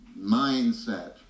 mindset